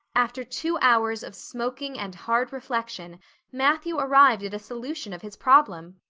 after two hours of smoking and hard reflection matthew arrived at a solution of his problem.